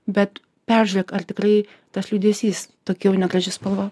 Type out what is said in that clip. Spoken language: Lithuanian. bet peržiūrėk ar tikrai tas liūdesys tokia jau negraži spalva